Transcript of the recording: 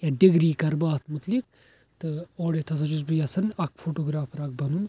یا ڈِگری کَرٕ بہٕ اَتھ متعلق تہٕ اورٕ یِتھۍ ہَسا چھُس بہٕ یَژھان اکھ فوٹوگرٛافر اکھ بَنُن